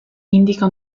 indica